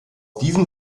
diesen